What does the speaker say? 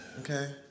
Okay